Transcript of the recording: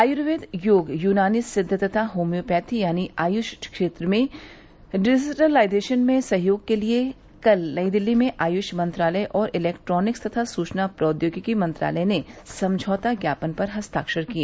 आयर्वेद योग यूनानी सिद्ध तथा होम्योपैथी यानी आयर्ष क्षेत्र में डिजिटाइजेशेन में सहयोग के लिए कल नई दिल्ली में आयर्ष मंत्रालय और इलेक्ट्रॉनिक्स तथा सूचना प्रौद्योगिकी मंत्रालय ने समझौता ज्ञापन पर हस्ताक्षर किए